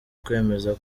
kwemeza